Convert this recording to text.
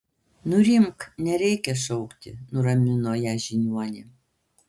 nurimk nereikia šaukti nuramino ją žiniuonė